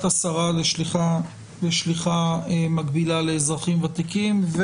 השרה לשליחה מקבילה לאזרחים ותיקים,